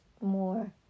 more